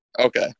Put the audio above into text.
Okay